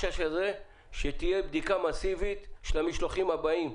שתהיה בדיקה מאסיבית של המשלוחים הבאים.